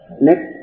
next